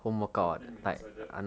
fifteen minutes like that